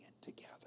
together